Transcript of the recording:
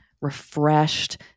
refreshed